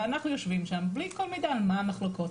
ואנחנו יושבים שם בלי כל מידע על מה המחלוקות.